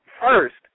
first